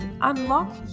unlock